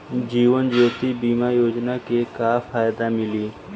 जीवन ज्योति बीमा योजना के का फायदा मिली?